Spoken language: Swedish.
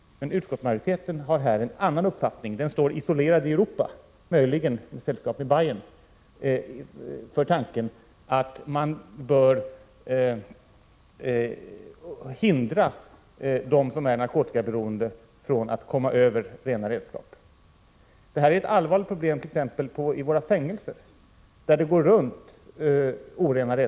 Men utskottsmajoriteten har en annan uppfattning. Den står isolerad i Europa — möjligen är den i sällskap med dem i Bayern. Man menar att de som är narkotikaberoende bör hindras från att komma över rena redskap. Detta är ett allvarligt problem t.ex. i våra fängelser, där orena redskap går runt bland de intagna.